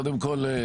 קודם כול,